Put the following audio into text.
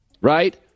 right